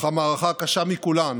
אך המערכה הקשה מכולן